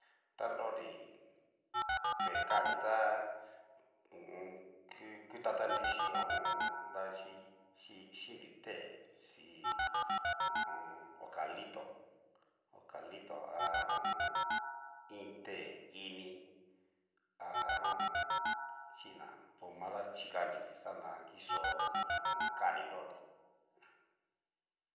Ta nro nri kue kani tá hu u un. kutatamnri chín ho o on. davaxhichí, chí chinri té xhí ho o on. eukalito okalito a ho o on. iin té ini ha ho o on. xhina pomada chikanri xana kichó ho o on. kani nronri.